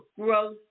growth